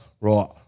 right